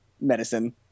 medicine